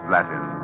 Latin